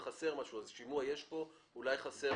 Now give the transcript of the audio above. שימוע יש כאן ואולי חסר